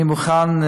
אני מוכן,